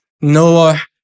Noah